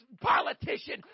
politician